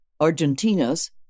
Argentinas